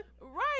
Right